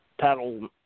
title